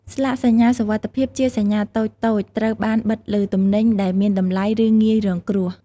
ស្លាកសញ្ញាសុវត្ថិភាពជាសញ្ញាតូចៗត្រូវបានបិទលើទំនិញដែលមានតម្លៃ ឬងាយរងគ្រោះ។